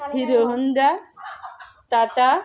Hero Honda Tata